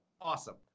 Awesome